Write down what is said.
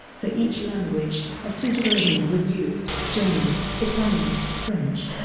for each language, a suitable idiom was used german, italian, french,